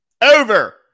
over